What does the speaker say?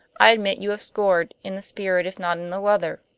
i admit you have scored, in the spirit if not in the letter.